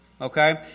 Okay